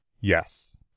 Yes